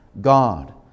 God